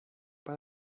but